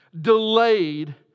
delayed